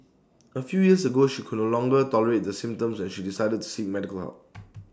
A few years ago she could no longer tolerate the symptoms and she decided to seek medical help